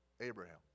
Abraham